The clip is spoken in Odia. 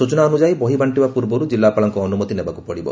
ସୂଚନାନୁଯାୟୀ ବହି ବାଣ୍ବିବା ପୂର୍ବରୁ ଜିଲ୍ଲାପାଳଙ୍କ ଅନୁମତି ନେବାକୁ ପଡିବ